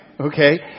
okay